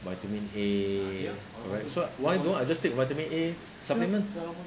vitamin A so why don't I just take vitamin A supplement